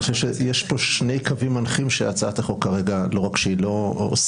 אני חושב שיש פה שני קווים מנחים שהצעת החוק כרגע לא רק שהיא לא עושה,